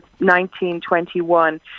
1921